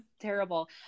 terrible